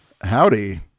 Howdy